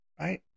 right